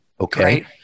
Okay